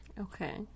okay